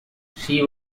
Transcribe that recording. she